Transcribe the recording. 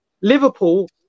Liverpool